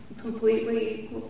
completely